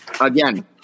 again